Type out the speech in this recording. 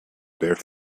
bare